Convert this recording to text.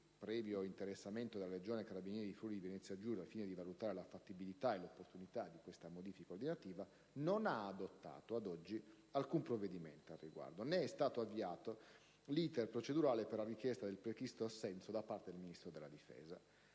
interessato la Legione carabinieri Friuli-Venezia Giulia per valutare la fattibilità e l'opportunità della modifica ordinativa - non ha adottato, ad oggi, alcun provvedimento al riguardo, né ha avviato l'*iter* procedurale per la richiesta del prescritto assenso da parte del Ministro della difesa,